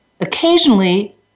Occasionally